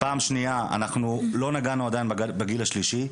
פעם שנייה, אנחנו לא נגענו עדיין בגיל השלישי.